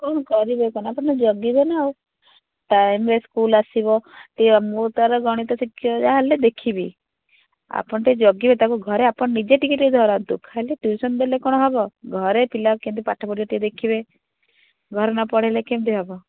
କ'ଣ କରିବେ ଜଗିବେନା ଆଉ ଟାଇମ୍ରେ ସ୍କୁଲ ଆସିବ ମୁଁ ତାର ଗଣିତ ଶିକ୍ଷକ ଯାହାହେଲେ ଦେଖିବି ଆପଣ ଟିକେ ଜଗିବେ ତାକୁ ଘରେ ଆପଣ ନିଜେ ଟିକେ ଟିକେ ଧରାନ୍ତୁ ଖାଲି ଟ୍ୟୁସନ ଦେଲେ କ'ଣ ହେବ ଘରେ ପିଲା କେମିତି ପାଠ ପଢ଼ିବ ଟିକେ ଦେଖିବେ ଘରେ ନପଢ଼ିଲେ କେମିତି ହେବ